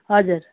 हजुर